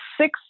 six